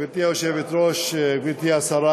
גברתי היושבת-ראש, גברתי השרה,